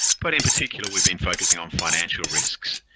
but in particular we've been focusing on financial risks.